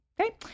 Okay